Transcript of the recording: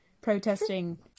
protesting